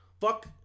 Fuck